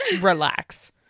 relax